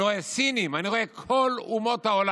אני רואה סינים, אני רואה את כל אומות העולם.